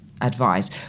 advice